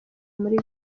muri